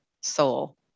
soul